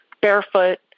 barefoot